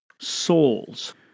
souls